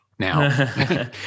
Now